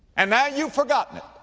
and now you've forgotten it.